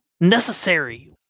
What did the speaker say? necessary